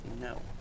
No